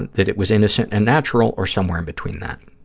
and that it was innocent and natural, or somewhere in between that.